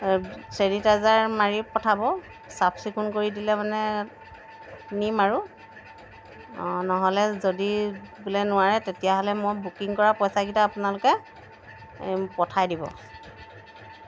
sanitiser মাৰি পঠাব চাফ চিকুণ কৰি দিলে মানে নিম আৰু অঁ নহলে যদি বোলে নোৱাৰে তেতিয়াহ'লে মই বুকিং কৰা পইচাকেইটা আপোনালোকে এই পঠাই দিব